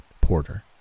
Porter